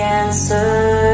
answer